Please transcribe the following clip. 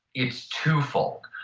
it's twofold.